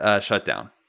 shutdown